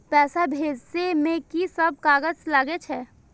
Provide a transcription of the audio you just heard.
पैसा भेजे में की सब कागज लगे छै?